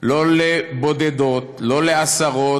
לא לבודדות, לא לעשרות,